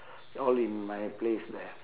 all in my place there